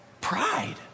Pride